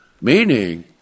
Meaning